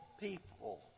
people